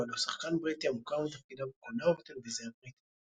האוול הוא שחקן בריטי המוכר מתפקידיו בקולנוע ובטלוויזיה הבריטית.